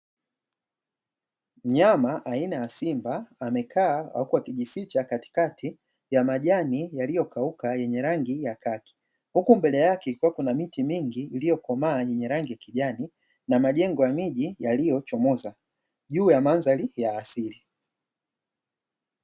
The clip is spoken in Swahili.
Mnyama aina ya simba amekaa huku akijificha katikati ya majani yaliyokauka yenye rangi ya kaki, huku mbele yake kukiwa na miti mingi iliyokomaa yenye rangi ya kijani, na majengo ya miji yaliyochomoza juu ya mandhari ya asili.